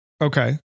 Okay